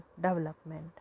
development